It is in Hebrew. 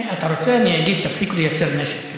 אם אתה רוצה, אני אגיד: תפסיקו לייצר נשק.